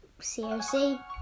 COC